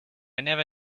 never